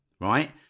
right